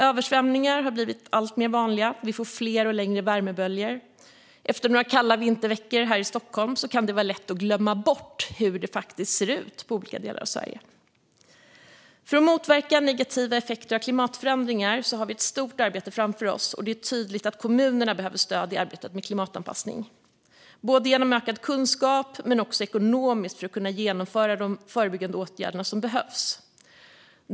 Översvämningar har blivit allt vanligare, och vi får fler och längre värmeböljor. Efter några kalla vinterveckor här i Stockholm kan det vara lätt att glömma bort hur det faktiskt ser ut i olika delar av Sverige. För att motverka negativa effekter av klimatförändringar har vi ett stort arbete framför oss, och det är tydligt att kommunerna behöver stöd i arbetet med klimatanpassning - genom ökad kunskap men också ekonomiskt för att kunna genomföra de förebyggande åtgärder som behövs.